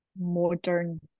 modern